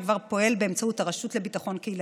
שכבר פועלת באמצעות הרשות לביטחון קהילתי.